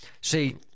See